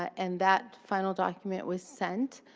and that final document was sent.